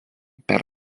per